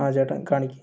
ആ ചേട്ടൻ കാണിക്ക്